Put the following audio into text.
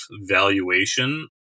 valuation